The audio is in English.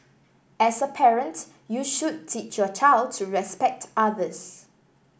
as a parent you should teach your child to respect others